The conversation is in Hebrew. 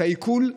את העיקול,